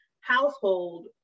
household